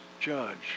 judge